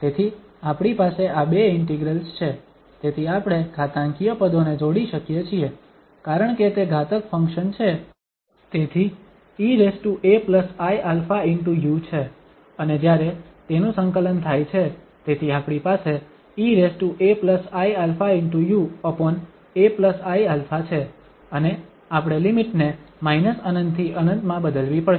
તેથી આપણી પાસે આ બે ઇન્ટિગ્રેલ્સ છે તેથી આપણે ઘાતાંકીય પદોને જોડી શકીએ છીએ કારણ કે તે ઘાતક ફંક્શન છે તેથી eaiαu છે અને જ્યારે તેનું સંકલન થાય છે તેથી આપણી પાસે eaiαuaiα છે અને આપણે લિમિટ ને ∞ થી ∞ માં બદલવી પડશે